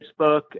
Facebook